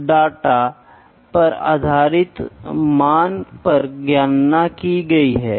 तो यहां आप तापमान को मापेंगे जो कि प्राइमरी डेटा के अलावा और कुछ नहीं है ठीक है